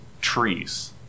trees